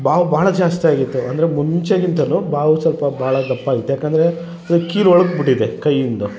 ಬಾವು ಭಾಳ ಜಾಸ್ತಿ ಆಗಿತ್ತು ಅಂದರೆ ಮುಂಚೆಗಿಂತ ಬಾವು ಸ್ವಲ್ಪ ಭಾಳ ದಪ್ಪ ಆಗಿತ್ತು ಯಾಕಂದರೆ ಕೀಲು ಉಳ್ಕ್ ಬಿಟ್ಟಿದೆ ಕೈಯಿಂದು